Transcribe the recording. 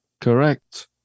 Correct